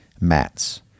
mats